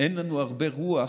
אין לנו הרבה רוח,